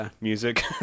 music